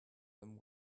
them